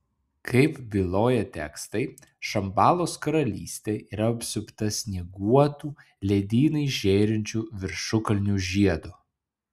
kaip byloja tekstai šambalos karalystė yra apsupta snieguotų ledynais žėrinčių viršukalnių žiedo